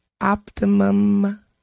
optimum